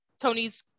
Tony's